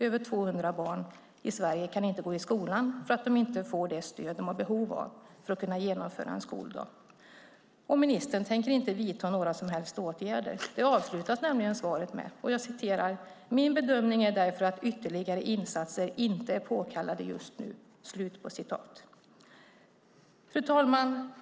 Över 200 barn i Sverige kan inte gå i skolan för att de inte får det stöd de har behov av för att kunna genomföra en skoldag. Ministern tänker inte vidta några som helst åtgärder. Det avslutas nämligen svaret med. I det skrivna svaret står det: Min bedömning är därför att ytterligare insatser inte är påkallade just nu. Fru talman!